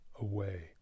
away